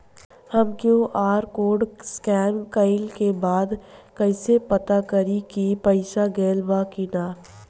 हम QR code scan कइला के बाद कइसे पता करि की पईसा गेल बा की न?